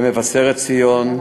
למבשרת-ציון,